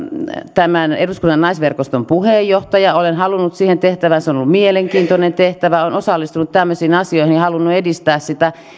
tämän eduskunnan naisverkoston puheenjohtaja olen halunnut siihen tehtävään se on ollut mielenkiintoinen tehtävä olen osallistunut tämmöisiin asioihin ja halunnut edistää